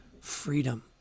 freedom